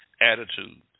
attitude